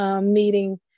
meeting